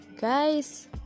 Guys